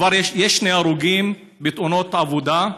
וכבר יש שני הרוגים בתאונות עבודה,